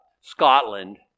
Scotland